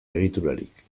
egiturarik